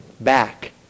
back